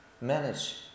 manage